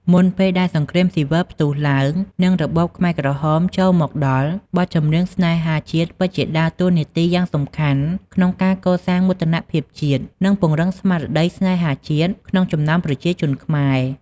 មុនពេលដែលសង្គ្រាមស៊ីវិលផ្ទុះឡើង និងរបបខ្មែរក្រហមចូលមកដល់ បទចម្រៀងស្នេហាជាតិពិតជាដើរតួនាទីយ៉ាងសំខាន់ក្នុងការ កសាងមោទនភាពជាតិ និង ពង្រឹងស្មារតីស្នេហាជាតិ ក្នុងចំណោមប្រជាជនខ្មែរ។